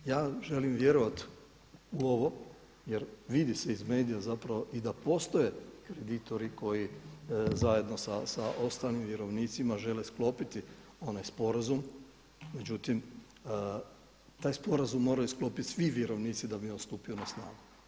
Ja želim vjerovati u ovo jer vidi se iz medija i da postoje kreditori koji zajedno sa ostalim vjerovnicima žele sklopiti onaj sporazum, međutim taj sporazum moraju sklopiti svi vjerovnici da bi on stupio na snagu.